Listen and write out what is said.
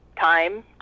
time